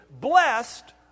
blessed